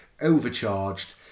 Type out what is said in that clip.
overcharged